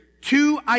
two